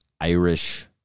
Irish